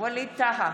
ווליד טאהא,